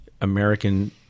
American